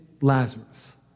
Lazarus